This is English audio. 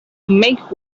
make